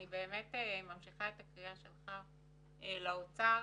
אני באמת ממשיכה את קריאת היושב-ראש לאוצר